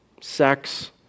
sex